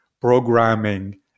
programming